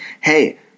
hey